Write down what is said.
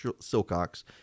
Silcox